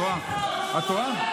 את טועה.